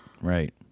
right